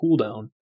cooldown